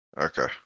Okay